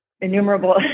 innumerable